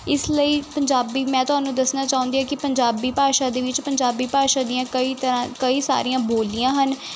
ਇਸ ਲਈ ਪੰਜਾਬੀ ਮੈਂ ਤੁਹਾਨੂੰ ਦੱਸਣਾ ਚਾਹੁੰਦੀ ਹਾਂ ਕਿ ਪੰਜਾਬੀ ਭਾਸ਼ਾ ਦੇ ਵਿੱਚ ਪੰਜਾਬੀ ਭਾਸ਼ਾ ਦੀਆਂ ਕਈ ਤਰ੍ਹਾਂ ਸਾਰੀਆਂ ਬੋਲੀਆਂ ਹਨ